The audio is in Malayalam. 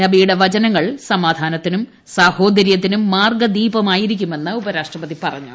നബിയുടെ വചനങ്ങൾ സമാധാനത്തിനും സാഹോദരൃത്തിനും മാർഗ്ഗദീപമായിരിക്കുമെന്ന് ഉപരാഷ്ട്രപതി പറഞ്ഞു